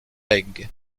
beg